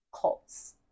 cults